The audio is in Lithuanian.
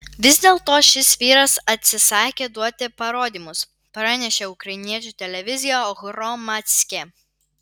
vis dėlto šis vyras atsisakė duoti parodymus pranešė ukrainiečių televizija hromadske